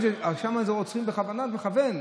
שם זה רוצחים בכוונת מכוון.